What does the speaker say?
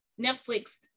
Netflix